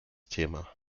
thema